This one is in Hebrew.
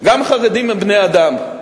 גם חרדים הם בני-אדם,